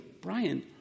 Brian